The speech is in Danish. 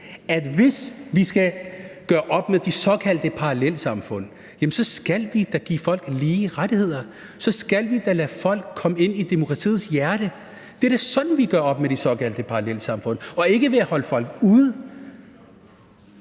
at hvis vi skal gøre op med de såkaldte parallelsamfund, så skal vi da give folk lige rettigheder; så skal vi da lade folk komme ind i demokratiets hjerte. Det er da sådan, vi gør op med de såkaldte parallelsamfund, og ikke ved at holde folk ude.